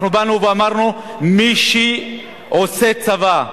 באנו ואמרנו: מי שעושה צבא,